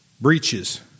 Breaches